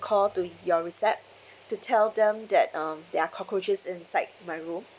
call to your recept~ to tell them that um there are cockroaches inside my room